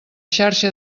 xarxa